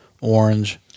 orange